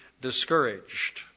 discouraged